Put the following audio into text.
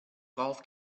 golf